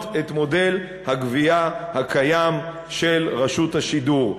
את מודל הגבייה הקיים של רשות השידור,